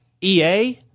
EA